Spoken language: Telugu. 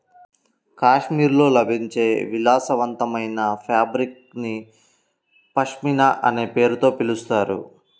కాశ్మీర్లో లభించే విలాసవంతమైన ఫాబ్రిక్ ని పష్మినా అనే పేరుతో పిలుస్తారు